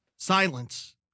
Silence